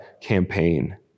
campaign